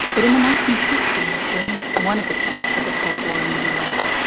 but in the nineteen fifty s during one of the peaks of the cold war in the us,